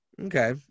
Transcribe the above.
Okay